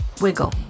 wiggle